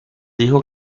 dijo